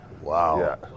Wow